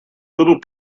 little